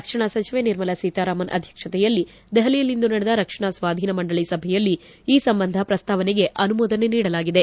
ರಕ್ಷಣಾ ಸಚಿವೆ ನಿರ್ಮಲ ಸೀತಾರಾಮನ್ ಅಧ್ಯಕ್ಷತೆಯಲ್ಲಿ ದೆಹಲಿಯಲ್ಲಿಂದು ನಡೆದ ರಕ್ಷಣಾ ಸ್ವಾಧೀನ ಮಂಡಳಿ ಸಭೆಯಲ್ಲಿ ಈ ಸಂಬಂಧ ಪ್ರಸ್ತಾವನೆಗೆ ಅನುಮೋದನೆ ನೀಡಲಾಗಿದೆ